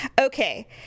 Okay